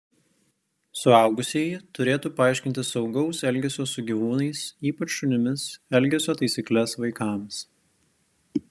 suaugusieji turėtų paaiškinti saugaus elgesio su gyvūnais ypač šunimis elgesio taisykles vaikams